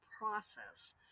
process